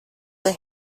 were